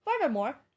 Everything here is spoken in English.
Furthermore